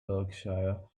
berkshire